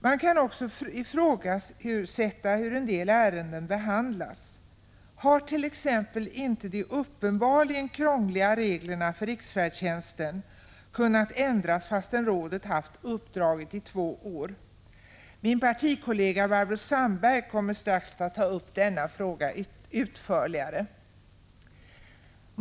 Man kan också ifrågasätta hur en del ärenden behandlas. inte de uppenbarligen krångliga reglerna för riksfärdtjänsten kunnat ändras fastän rådet haft uppdraget i två år? Min partikollega Barbro Sandberg kommer strax att ta upp denna fråga utförligare.